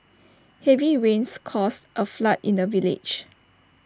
heavy rains caused A flood in the village